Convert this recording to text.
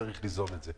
אני צריך ליזום את זה.